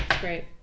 Great